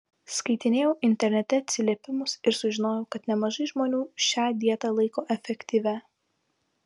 skaitinėjau internete atsiliepimus ir sužinojau kad nemažai žmonių šią dietą laiko efektyvia